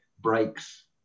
breaks